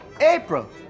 April